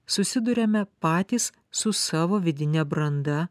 susiduriame patys su savo vidine branda